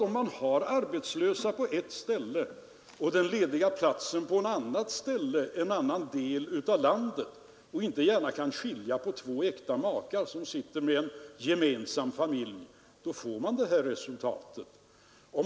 Om de arbetslösa finns på ett ställe och de lediga platserna i en annan del av landet och man inte gärna kan skilja på två äkta makar med gemensam familj, får man helt enkelt detta resultat.